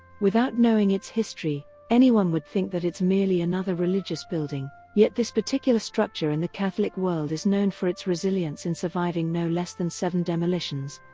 without knowing its history, anyone anyone would think that it's merely another religious building, yet this particular structure in the catholic world is known for its resilience in surviving no less than seven demolitions.